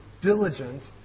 diligent